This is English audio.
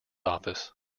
office